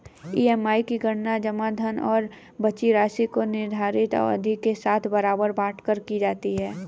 EMI की गणना जमा धन और बची राशि को निर्धारित अवधि के साथ बराबर बाँट कर की जाती है